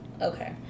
Okay